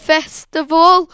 Festival